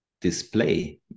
display